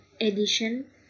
edition